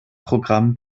programm